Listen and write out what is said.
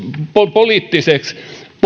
poliittiseksi